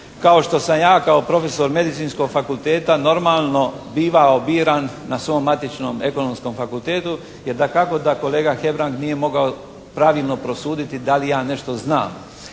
kao što sam ja kao profesor Medicinskog fakulteta normalno bivao biran na svom matičnom Ekonomskom fakultetu, jer dakako da kolega Hebrang nije mogao pravilno prosuditi da li ja nešto znam